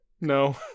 No